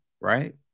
right